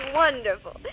wonderful